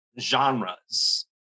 genres